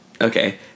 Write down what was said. Okay